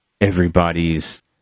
everybody's